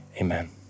amen